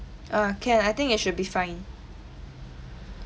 err can I think it should be fine